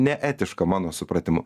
neetiška mano supratimu